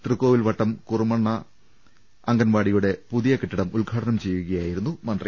തൃക്കോ വിൽവട്ടം കുറുവണ്ണ അങ്കൺവാടിയുടെ പുതിയ കെട്ടിടം ഉദ്ഘാടനം ചെയ്യുകയായിരുന്നു മന്ത്രി